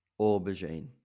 Aubergine